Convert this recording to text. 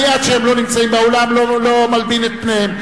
אני, עד שהם לא נמצאים באולם, לא מלבין את פניהם.